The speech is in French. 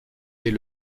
est